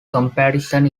comparison